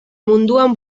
munduan